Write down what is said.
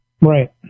Right